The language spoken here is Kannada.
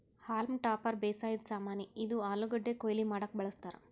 ಹಾಲ್ಮ್ ಟಾಪರ್ ಬೇಸಾಯದ್ ಸಾಮಾನಿ, ಇದು ಆಲೂಗಡ್ಡಿ ಕೊಯ್ಲಿ ಮಾಡಕ್ಕ್ ಬಳಸ್ತಾರ್